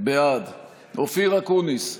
בעד אופיר אקוניס,